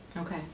Okay